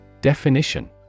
Definition